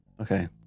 Okay